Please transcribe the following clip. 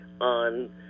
on